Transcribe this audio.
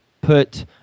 put